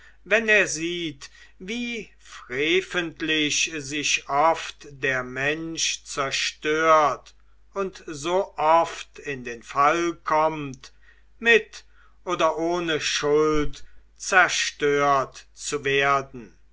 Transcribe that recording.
wenn er sieht wie freventlich sich oft der mensch zerstört und so oft in den fall kommt mit oder ohne schuld zerstört zu werden